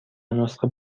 نسخه